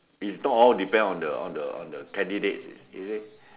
is not all depends on the on the on the candidates is it